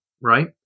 right